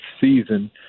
season